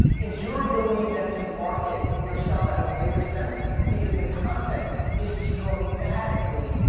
is your ability then to market yourself at a greater sense because the content is dramatically,